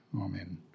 Amen